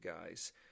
guys